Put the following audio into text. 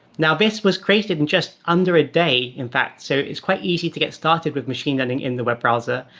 now, this was created in just under a day, in fact. so it's quite easy to get started with machine learning in the web browser.